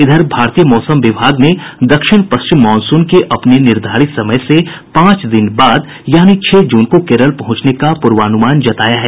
इधर भारतीय मौसम विभाग ने दक्षिण पश्चिम मॉनसून के अपने निर्धारित समय से पांच दिन बाद यानि छह जून को केरल पहुंचने का पूर्वानुमान जताया है